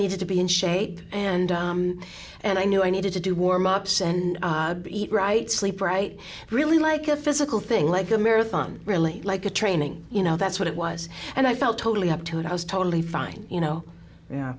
needed to be in shape and and i knew i needed to do warm ups and eat right sleep right really like a physical thing like a marathon really like a training you know that's what it was and i felt totally up to it i was totally fine you know